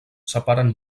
separen